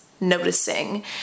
Noticing